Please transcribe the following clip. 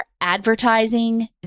advertising